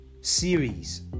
series